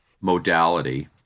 modality